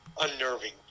unnerving